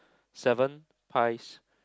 seven pies